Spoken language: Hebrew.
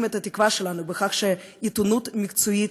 את התקווה שלנו בכך שעיתונות מקצועית,